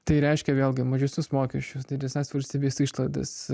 tai reiškia vėlgi mažesnius mokesčius didesnes valstybės išlaidas